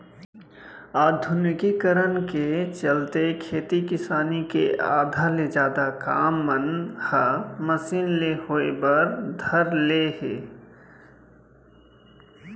आधुनिकीकरन के चलते खेती किसानी के आधा ले जादा काम मन ह मसीन ले होय बर धर ले हे